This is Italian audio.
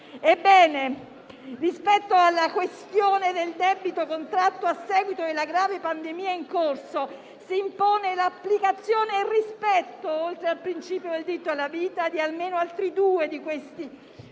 Ebbene, rispetto alla questione del debito contratto a seguito della grave pandemia in corso, si impone l'applicazione e il rispetto, oltre che del principio del diritto alla vita, di almeno altri due principi: